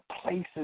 places